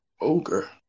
ogre